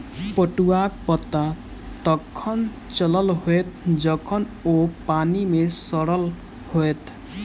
पटुआक पता तखन चलल होयत जखन ओ पानि मे सड़ल होयत